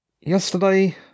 Yesterday